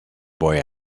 boy